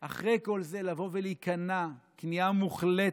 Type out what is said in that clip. אחרי כל זה לבוא ולהיכנע כניעה מוחלטת,